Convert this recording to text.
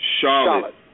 Charlotte